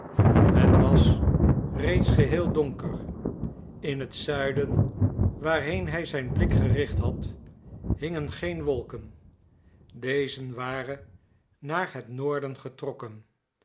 het was reeds geheel donker in het zuiden waarheen hij zijn blik gericht had hingen geen wolken deze waren naar het noorden getrokken